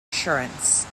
assurance